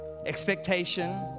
Expectation